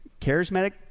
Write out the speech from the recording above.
charismatic